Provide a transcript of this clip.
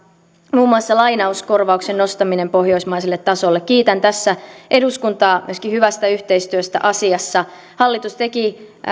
muun muassa lainauskorvauksen nostaminen pohjoismaiselle tasolle kiitän tässä eduskuntaa myöskin hyvästä yhteistyöstä asiassa hallitus teki